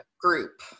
group